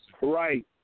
right